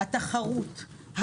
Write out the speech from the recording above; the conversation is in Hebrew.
התחרות,